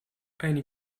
eine